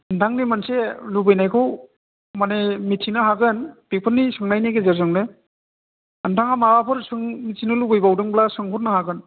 नोंथांनि मोनसे लुबैनायखौ माने मिथिनो हागोन बेफोरनि सोंनायनि गेजेरजोंनो नोंथाङा माबाफोर सों मिथिनो लुबैबावदोंब्ला सोंहरनो हागोन